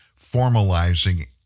formalizing